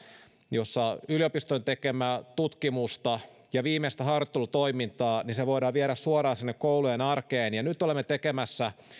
jossa yliopistojen tekemää tutkimusta ja viimeistä harjoittelutoimintaa voidaan viedä suoraan sinne koulujen arkeen ja nyt olemme tekemässä